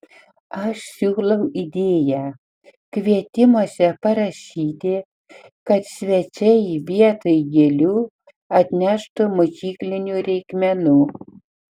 aš siūlau idėją kvietimuose parašyti kad svečiai vietoj gėlių atneštų mokyklinių reikmenų